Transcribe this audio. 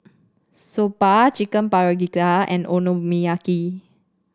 Soba Chicken Paprika and Okonomiyaki